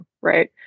Right